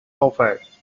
offered